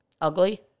Ugly